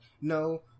no